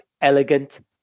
elegant